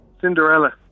Cinderella